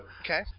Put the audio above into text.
Okay